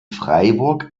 freiburg